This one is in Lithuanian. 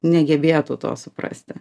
negebėtų to suprasti